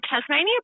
Tasmania